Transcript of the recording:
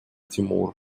тимур